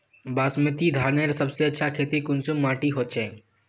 बासमती धानेर सबसे अच्छा खेती कुंसम माटी होचए?